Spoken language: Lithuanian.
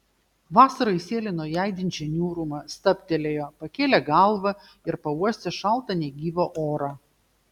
vasara įsėlino į aidinčią niūrumą stabtelėjo pakėlė galvą ir pauostė šaltą negyvą orą